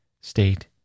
state